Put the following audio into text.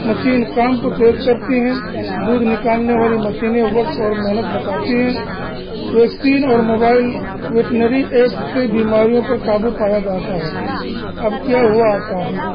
machine کام کو تیز کرتی ہیں دودھ نکالنے والی مشینیں وقت اور محنت بچاتی ہیں ویکسین اور موبائل ویٹنری ایپس سے بیماریوں پر قابو پایا جاتا ہے اب کیا ہوا آسان